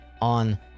on